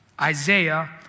Isaiah